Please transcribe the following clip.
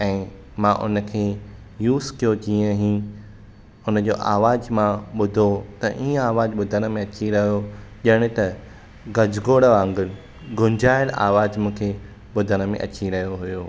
ऐं मां उनखे यूज़ कयो जीअं ई हुन जो आवाज़ु मां ॿुधो त ईअं आवाज़ु ॿुधण में अची रहियो ॼण त गॼु गोड़ वांगुरु गुंजायलु आवाज़ु मूंखे ॿुधण में अची रहियो हुओ